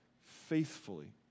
faithfully